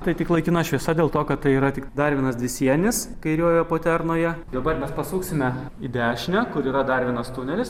tai tik laikina šviesa dėl to kad tai yra tik dar vienas dvisienis kairiojoje poternoje dabar mes pasuksime į dešinę kur yra dar vienas tunelis